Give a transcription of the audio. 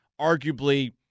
arguably